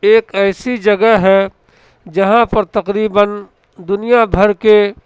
ایک ایسی جگہ ہے جہاں پر تقریباً دنیا بھر کے